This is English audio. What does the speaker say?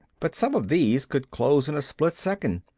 but some of these could close in a split second.